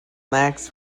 lacks